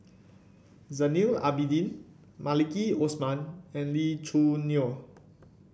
Zainal Abidin Maliki Osman and Lee Choo Neo